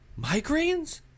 migraines